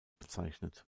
bezeichnet